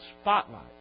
spotlight